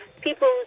People